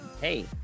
hey